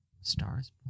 *Stars*